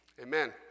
Amen